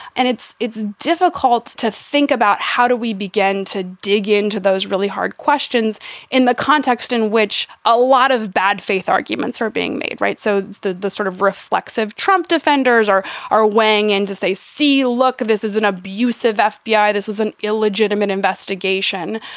and it's it's difficult to think about how do we begin to dig into those really hard questions in the context in which a lot of bad faith arguments are being made. right. so the the sort of reflexive trump defenders are are weighing in to say, see, look, this is an abusive fbi. this is an illegitimate investigation.